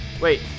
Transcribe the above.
Wait